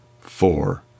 four